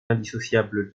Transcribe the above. indissociable